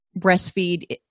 breastfeed